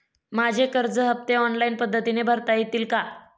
माझे कर्ज हफ्ते ऑनलाईन पद्धतीने भरता येतील का?